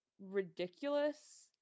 ridiculous